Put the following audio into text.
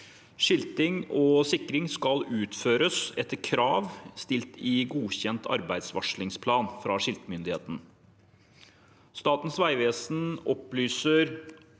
Skilting og sikring skal utføres etter krav stilt i godkjent arbeidsvarslingsplan fra skiltmyndighetene. Statens vegvesen opplyser